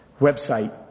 website